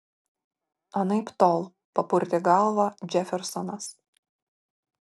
anaiptol papurtė galvą džefersonas